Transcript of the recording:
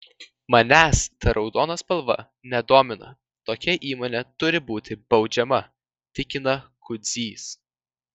manęs ta raudona spalva nedomina tokia įmonė turi būti baudžiama tikina kudzys